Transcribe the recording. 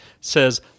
says